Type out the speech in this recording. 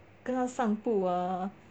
跟它散步啊